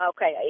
Okay